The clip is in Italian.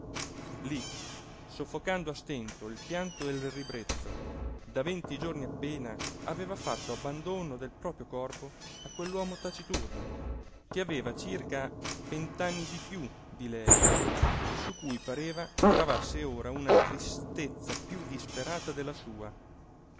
lí soffocando a stento il pianto e il ribrezzo da venti giorni appena aveva fatto abbandono del proprio corpo a quell'uomo taciturno che aveva circa vent'anni di piú di lei e su cui pareva gravasse ora una tristezza piú disperata della sua